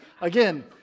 Again